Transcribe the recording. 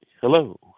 Hello